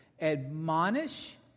admonish